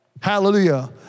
Hallelujah